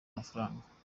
amafaranga